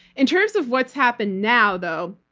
in terms of what's happened now though,